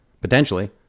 potentially